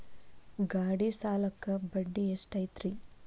ಗಾಡಿ ಸಾಲಕ್ಕ ಬಡ್ಡಿ ಎಷ್ಟೈತ್ರಿ?